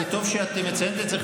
טוב שאת מציינת את זה,